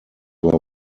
were